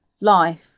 life